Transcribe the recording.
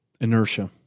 inertia